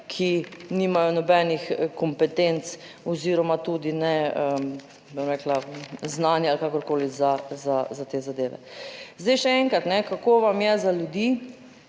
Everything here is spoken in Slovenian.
ki nimajo nobenih kompetenc oziroma tudi ne, bom rekla, znanja ali kakorkoli, za te zadeve? Zdaj, še enkrat, kako vam je za ljudi?